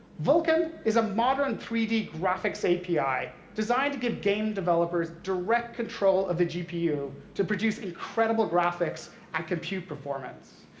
vulkan is a modern three d graphics api designed to give game developers direct control of the gpu to produce incredible graphics and compute performance.